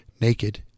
naked